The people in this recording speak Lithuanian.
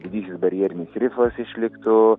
didysis barjerinis rifas išliktų